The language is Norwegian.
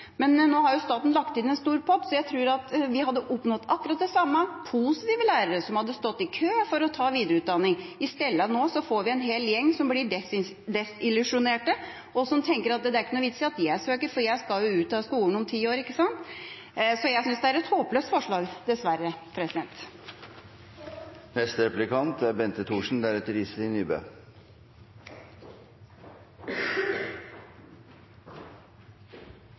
stått i kø for å ta videreutdanning. I stedet får vi nå en hel gjeng som blir desillusjonerte, og som tenker at det ikke er noen vits i å søke, for de skal ut av skolen om ti år. Jeg synes dessverre det er et håpløst forslag. Jeg registrerer at Senterpartiet er